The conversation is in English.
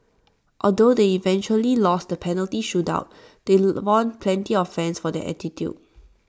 although they eventually lost the penalty shootout they won plenty of fans for their attitude